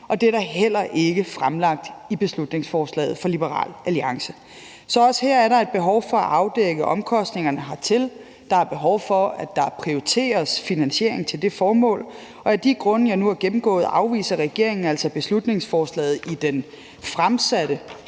og det er heller ikke fremlagt i beslutningsforslaget fra Liberal Alliance. Så også her er der et behov for at afdække omkostningerne hertil. Der er behov for, at der prioriteres finansiering til det formål, og af de grunde, jeg nu har gennemgået, afviser regeringen altså beslutningsforslaget i den fremsatte